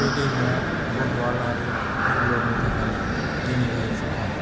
बे दैमाया बन्तवाल आरो मैंगलोरनि थाखाय दैनि गाहाय फुंखा